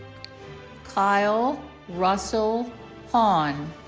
kyle russell hahn